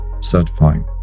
certifying